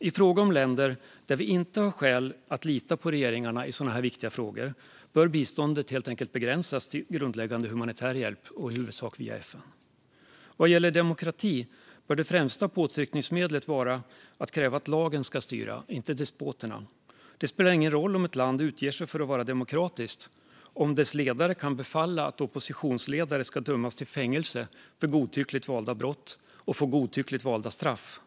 I fråga om länder där vi inte har skäl att lita på regeringen i sådana här viktiga frågor bör biståndet begränsas till grundläggande humanitär hjälp, i huvudsak via FN. Vad gäller demokrati bör det främsta påtryckningsmedlet vara att kräva att lagen ska styra - inte despoterna. Det spelar ingen roll om ett land utger sig för att vara demokratiskt om dess ledare kan befalla att oppositionsledare ska dömas till fängelse för godtyckligt valda brott och få godtyckligt valda straff.